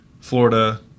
Florida